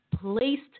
placed